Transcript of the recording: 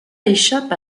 échappe